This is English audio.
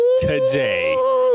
today